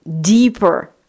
deeper